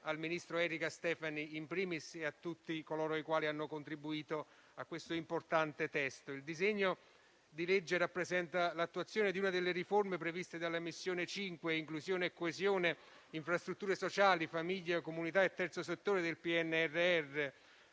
al ministro Erika Stefani *in primis* e a tutti coloro i quali hanno contribuito a questo importante testo. Il disegno di legge rappresenta l'attuazione di una delle riforme previste dalla Missione 5, inclusione e coesione, del PNRR, che include la Componente infrastrutture sociali, famiglie, comunità e terzo settore. La